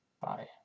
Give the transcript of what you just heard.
bye